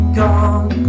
gone